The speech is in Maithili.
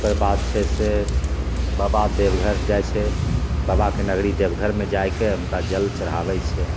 ओकरबाद छै से बाबा देवघर जाइ छै बाबाके नगरी देवघरमे जाइके हुनका जल चढ़ाबैत छै